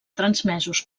transmesos